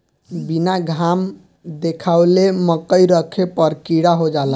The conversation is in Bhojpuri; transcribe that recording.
बीना घाम देखावले मकई रखे पर कीड़ा हो जाला